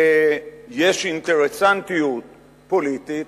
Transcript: ויש אינטרסנטיות פוליטית